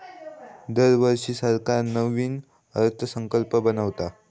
दरवर्षी सरकार नवीन अर्थसंकल्प बनवता